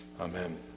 Amen